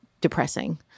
depressing